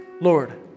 Lord